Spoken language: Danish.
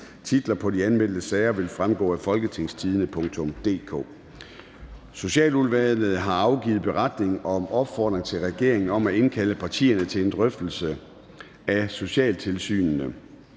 Titler på de anmeldte sager vil fremgå af www.folketingstidende.dk. Socialudvalget har afgivet beretning om opfordring til regeringen om at indkalde partierne til en drøftelse af socialtilsynene.